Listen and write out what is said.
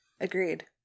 agreed